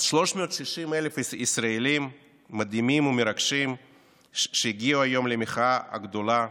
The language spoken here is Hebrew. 360,000 ישראלים מדהימים ומרגשים שהגיעו היום למחאה הגדולה